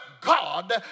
God